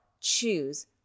choose